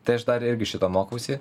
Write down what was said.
tai aš dar irgi šito mokausi